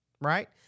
right